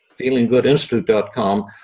feelinggoodinstitute.com